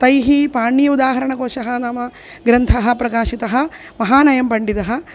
तैः पाणिनीयः उदाहरणकोशः नाम ग्रन्थः प्रकाशितः महानयं पण्डितः